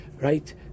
Right